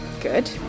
Good